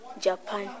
Japan